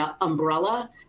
umbrella